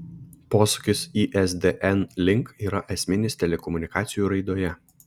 posūkis isdn link yra esminis telekomunikacijų raidoje